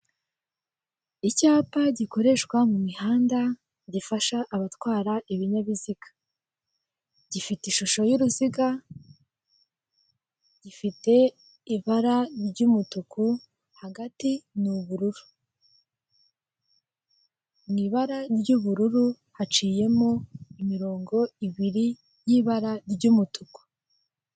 Icyapa gikoreshwa mu mihanda gifasha abatwara ibinyabiziga, gifite ishusho y'uruziga, gifite ibara ry'umutuku hagati ni ubururu mu ibara ry'ubururu haciyemo imirongo ibiri y ibara ry'umutuku.